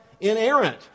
inerrant